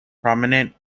prominent